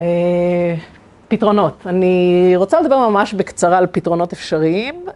פתרונות, אני רוצה לדבר ממש בקצרה על פתרונות אפשריים